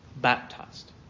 baptized